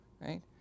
right